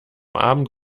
abend